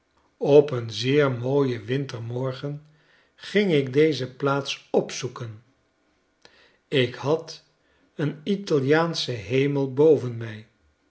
op een zeer mooien wintermorgen ging ik deze plaats opzoeken ik had een italiaanschen hemel boven mij